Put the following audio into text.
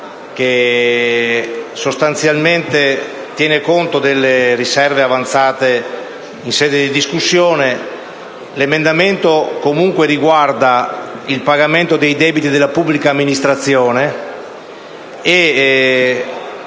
che, sostanzialmente, tiene conto delle riserve avanzate in sede di discussione generale. L’emendamento riguarda il pagamento dei debiti delle pubbliche amministrazioni e